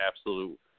absolute